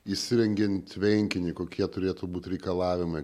įsirengiant tvenkinį kokie turėtų būt reikalavimai